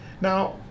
Now